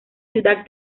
ciudad